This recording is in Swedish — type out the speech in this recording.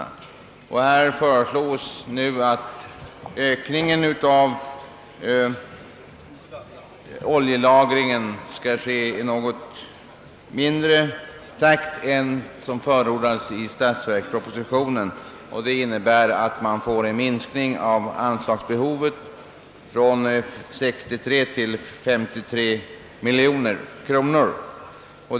I reservationen föreslås nu att takten i ökningen av oljelagringen skall göras något långsammare än som har förordats i statsverkspropositionen, vilket skulle innebära en minskning av anslagsbehovet från 63 till 53 miljoner kronor.